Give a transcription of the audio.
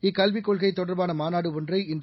இக்கல்விக் கொள்கை தொடர்பான மாநாடு ஒன்றை இன்று